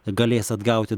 galės atgauti